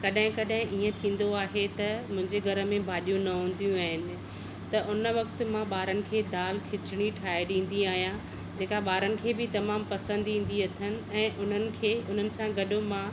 कॾहिं कॾहिं इएं थींदो आहे त मुंहिंजे घर में भाॼियूं न हूंदी आहिनि त उन वक़्त मां ॿारनि खे दाल खिचिणी ठाहे ॾींदी आहियां जेका ॿारनि खे तमामु पसंदि ईंदी अथनि ऐं उननि खे उननि सां गॾु मां